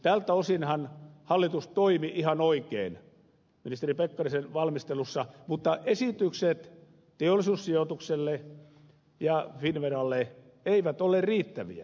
tältä osinhan hallitus toimi ihan oikein ministeri pekkarisen valmistelussa mutta esitykset teollisuussijoitukselle ja finnveralle eivät ole riittäviä